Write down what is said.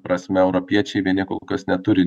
prasme europiečiai vien jie kol kas neturi